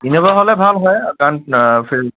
Innova হ'লে ভাল হয় কাৰণ